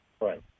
Right